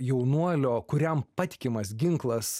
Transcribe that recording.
jaunuolio kuriam patikimas ginklas